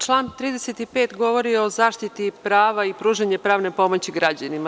Član 35. govori o zaštiti prava i pružanje pravne pomoći građanima.